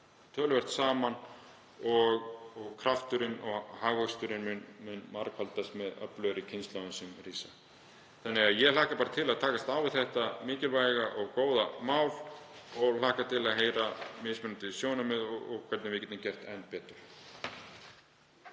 töluvert saman og krafturinn og hagvöxturinn mun margfaldast með öflugri kynslóðum. Ég hlakka til að takast á við þetta mikilvæga og góða mál og hlakka til að heyra mismunandi sjónarmið um það hvernig við getum gert enn betur.